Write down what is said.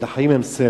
כלומר החיים הם סרט.